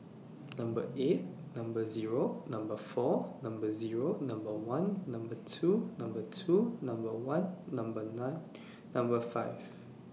Number eight Number Zero Number four Number Zero Number one Number two Number two Number one Number nine Number five